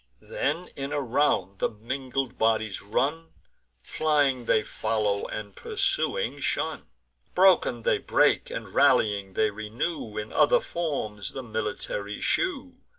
then in a round the mingled bodies run flying they follow, and pursuing shun broken, they break and, rallying, they renew in other forms the military shew.